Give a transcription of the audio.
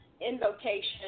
invocation